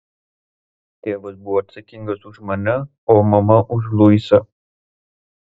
tėvas buvo atsakingas už mane o mama už luisą